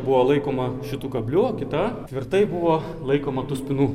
buvo laikoma šitų kabliu o kita tvirtai buvo laikoma tų spynų